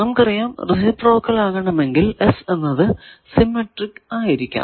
നമുക്കറിയാം റേസിപ്രോക്കൽ ആകണമെങ്കിൽ S എന്നത് സിമെട്രിക് ആയിരിക്കണം